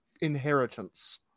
inheritance